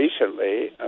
recently